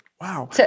Wow